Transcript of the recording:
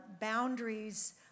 Boundaries